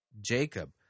jacob